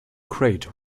crate